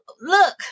look